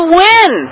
win